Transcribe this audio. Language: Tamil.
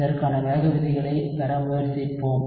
இதற்கான வேக விதிகளைப் பெற முயற்சிப்போம்